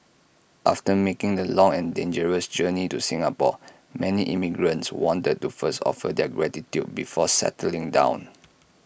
after making the long and dangerous journey to Singapore many immigrants wanted to first offer their gratitude before settling down